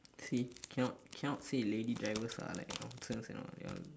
see cannot cannot say lady drivers are like that you know cannot cannot ya